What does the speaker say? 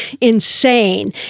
insane